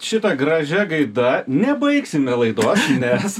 šita gražia gaida nebaigsime laidos nes